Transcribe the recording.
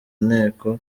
nteko